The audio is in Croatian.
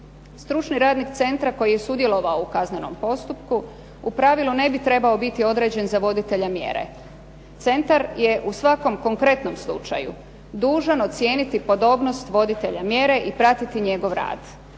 Stručni radni centar koji je sudjelovao u kaznenom postupku u pravilu ne bi trebao biti određen za voditelja mjere. Centar je u svakom konkretnom slučaju dužan ocijeniti podobnost voditelja mjere i pratiti njegov rad.